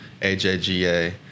AJGA